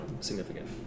significant